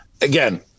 again